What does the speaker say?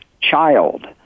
child